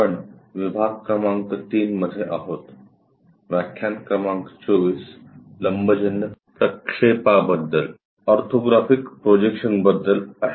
आपण विभाग क्रमांक ३ मध्ये आहोत व्याख्यान क्रमांक 24 लंबजन्य प्रक्षेपाबद्दल ऑर्थोग्राफिक प्रोजेक्शन बद्दल आहे